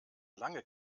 lange